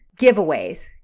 giveaways